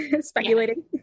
speculating